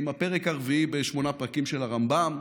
עם הפרק הרביעי בשמונה פרקים של הרמב"ם,